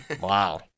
Wow